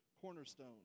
cornerstone